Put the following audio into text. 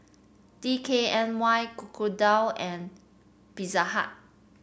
D K N Y Crocodile and Pizza Hut